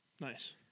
Nice